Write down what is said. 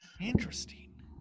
Interesting